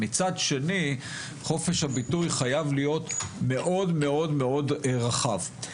מצד שני חופש הביטוי חייב להיות מאוד מאוד מאוד רחב.